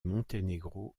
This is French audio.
monténégro